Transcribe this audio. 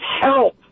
help